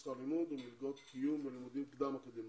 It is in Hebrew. שכר לימוד ומלגות קיום ולימודים קדם אקדמאיים.